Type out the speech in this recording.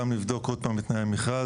גם לבדוק עוד פעם את תנאי המכרז.